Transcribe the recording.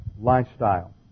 lifestyle